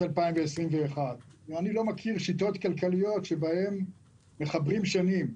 2021. אני לא מכיר שיטות כלכליות שבהן מחברים שנים.